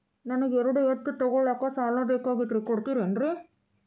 ನನಗ ಎರಡು ಎತ್ತು ತಗೋಳಾಕ್ ಸಾಲಾ ಬೇಕಾಗೈತ್ರಿ ಕೊಡ್ತಿರೇನ್ರಿ?